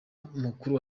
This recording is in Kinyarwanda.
mukuru